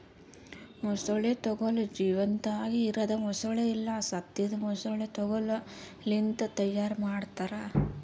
ಮೊಸಳೆ ತೊಗೋಲ್ ಜೀವಂತಾಗಿ ಇರದ್ ಮೊಸಳೆ ಇಲ್ಲಾ ಸತ್ತಿದ್ ಮೊಸಳೆ ತೊಗೋಲ್ ಲಿಂತ್ ತೈಯಾರ್ ಮಾಡ್ತಾರ